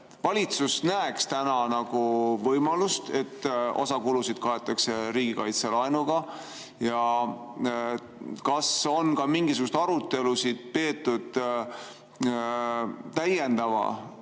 valitsus näeb täna võimalust, et osa kulusid kaetakse riigikaitselaenuga? Kas on ka mingisuguseid arutelusid peetud täiendava